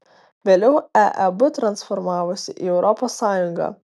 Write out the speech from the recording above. vėliau eeb transformavosi į europos sąjungą